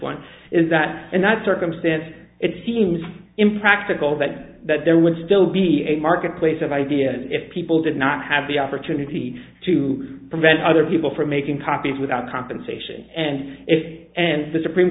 one is that in that circumstance it seems impractical that that there would still be a marketplace of ideas if people did not have the opportunity to prevent other people from making copies without compensation and if and the supreme